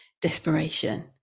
desperation